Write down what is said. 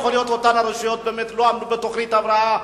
יכול להיות שאותן הרשויות באמת לא עמדו בתוכנית ההבראה,